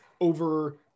over